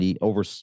over